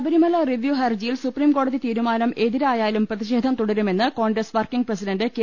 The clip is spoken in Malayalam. ശബരിമല റിപ്യൂ ഹർജിയിൽ സുപ്രിംകോടതി തീരുമാനം എതിരായാലും പ്രതിഷേധം തുടരുമെന്ന് കോൺഗ്രസ് വർക്കിങ് പ്രസിഡന്റ് കെ